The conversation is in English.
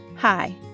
Hi